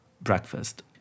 breakfast